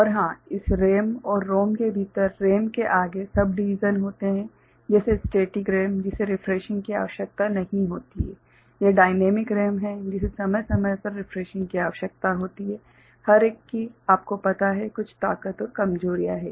और हां इस RAM और ROM के भीतर RAM में आगे सब डिवीजन होते हैं जैसे स्टेटिक रेम जिसे रिफ्रेशिंग की आवश्यकता नहीं होती है यह डायनेमिक RAM है जिसे समय समय पर रिफ्रेशिंग की आवश्यकता होती है हर एक की आपको पता है कुछ ताकत और कमजोरियाँ है